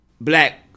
black